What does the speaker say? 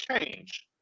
change